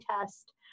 test